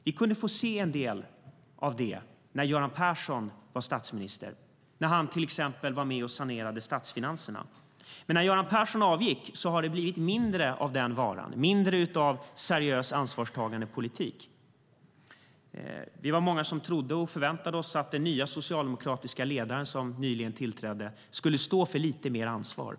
Vi kunde se en del av det när Göran Persson var statsminister, till exempel när han var med och sanerade statsfinanserna. Men när Göran Persson avgick blev det mindre av den varan, mindre av en seriös ansvarstagande politik. Vi var många som trodde och förväntade oss att den nye socialdemokratiske ledaren som nyligen tillträtt skulle stå för lite mer ansvar.